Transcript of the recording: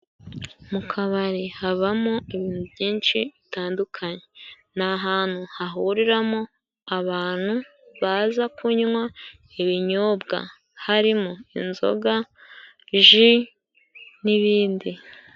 Mu kabari habamo ibintu byinshi bitandukanye, ni ahantu hahuriramo abantu baza kunywa ibinyobwa harimo: inzoga, ji, n'ibindi.